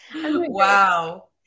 Wow